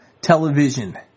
television